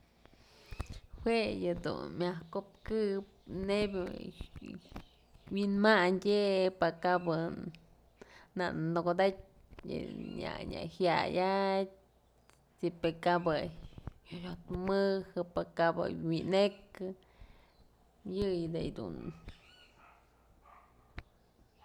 Jue yëdun myaj kopkëp neybyë wi'imandyë je'e pakabë nanëkodatyë jyayatyë si pë kap jyot mëjë'ë, si pa kabë wi'inëkë yëyë da'a yëdun.